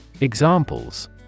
Examples